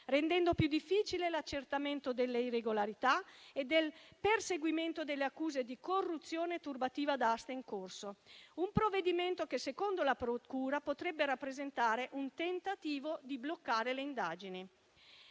rendendo più difficile l'accertamento delle irregolarità e del perseguimento delle accuse di corruzione e turbativa d'asta in corso. Tale provvedimento, secondo la procura, potrebbe rappresentare un tentativo di bloccare le indagini.